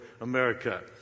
America